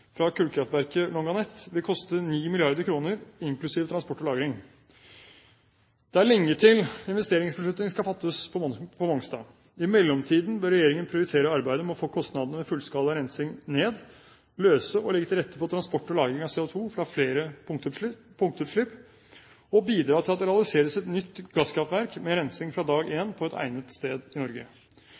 fra kullkraftverket Longannet vil koste 9 mrd. kr inklusive transport og lagring. Det er lenge til investeringsbeslutning skal fattes på Mongstad. I mellomtiden bør regjeringen prioritere arbeidet med å få kostnadene ved fullskala rensing ned, løse og legge til rette for transport og lagring av CO2 fra flere punktutslipp og bidra til at det realiseres et nytt gasskraftverk med rensing fra dag én på et egnet sted i Norge.